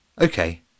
okay